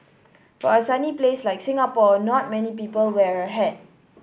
for a sunny place like Singapore not many people wear a hat